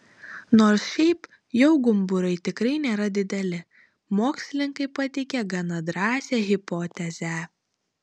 nors šiaip jau gumburai tikrai nėra dideli mokslininkai pateikė gana drąsią hipotezę